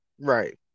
Right